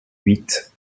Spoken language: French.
huit